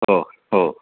हो हो